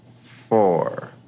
four